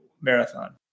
marathon